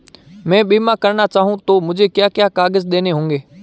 मैं बीमा करना चाहूं तो मुझे क्या क्या कागज़ देने होंगे?